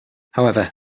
however